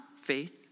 faith